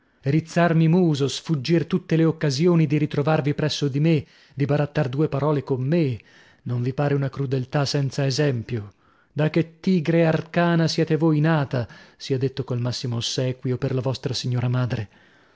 forte rizzarmi muso sfuggir tutte le occasioni di ritrovarvi presso di me di barattar due parole con me non vi pare una crudeltà senza esempio da che tigre arcana siete voi nata sia detto col massimo ossequio per la vostra signora madre